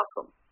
awesome